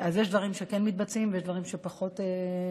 אז יש דברים שכן מתבצעים ויש דברים שפחות מחודדים.